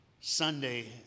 Sunday